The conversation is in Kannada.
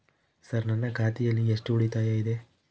ಸರ್ ನನ್ನ ಖಾತೆಯಲ್ಲಿ ಎಷ್ಟು ಉಳಿತಾಯ ಇದೆ?